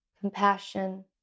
compassion